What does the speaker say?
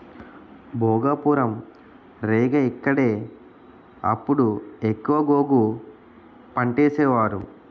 భోగాపురం, రేగ ఇక్కడే అప్పుడు ఎక్కువ గోగు పంటేసేవారు